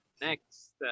Next